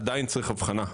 עדיין צריך אבחנה.